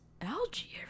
algae